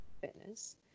fitness